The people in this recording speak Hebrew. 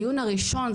הדיון הראשון,